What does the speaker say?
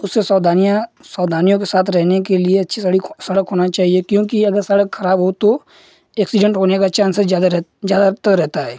उससे सावधानियाँ सावधानियों के साथ रहने के लिए अच्छी सड़िक सड़क होना चाहिए क्योंकि अगर सड़क खराब हो तो एक्सीडेन्ट होने का चान्स ज़्यादा ज़्यादातर रहता है